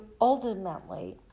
ultimately